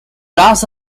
last